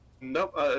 Nope